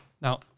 Now